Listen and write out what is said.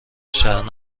شهر